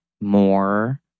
more